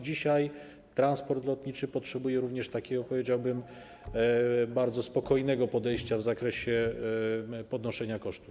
Dzisiaj transport lotniczy potrzebuje również takiego, powiedziałbym, bardzo spokojnego podejścia w zakresie podnoszenia kosztów.